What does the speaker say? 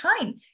time